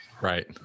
Right